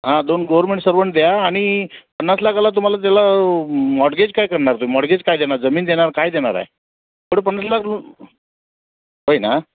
हां दोन government servant द्या आणि पन्नास लाखाला तुम्हाला त्याला मॉडगेज काय करणार तुम्ही मॉडगेज काय देणार जमीन देणार काय देणार आहे एवढे पन्नास लाख रु होय ना